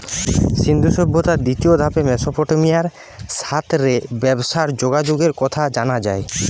সিন্ধু সভ্যতার দ্বিতীয় ধাপে মেসোপটেমিয়ার সাথ রে ব্যবসার যোগাযোগের কথা জানা যায়